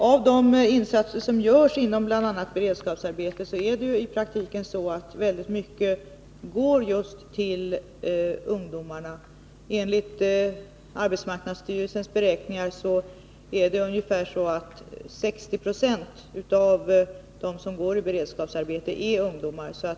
Av de insatser som görs, bl.a. i form av beredskapsarbeten, går i praktiken mycket till just ungdomar. Enligt arbetsmarknadsstyrelsens beräkningar är ungefär 60 70 av dem som går i beredskapsarbete ungdomar.